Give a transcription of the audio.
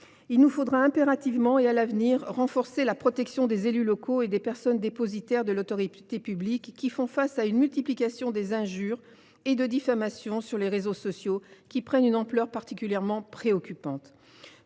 Il nous faudra impérativement, à l’avenir, renforcer la protection des élus locaux et des personnes dépositaires de l’autorité publique. Ils font face à une multiplication des injures et des faits de diffamation sur les réseaux sociaux, qui prennent une ampleur particulièrement préoccupante.